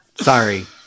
Sorry